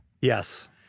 Yes